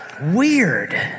Weird